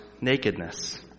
nakedness